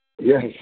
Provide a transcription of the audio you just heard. Yes